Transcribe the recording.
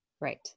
Right